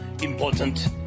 important